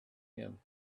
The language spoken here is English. him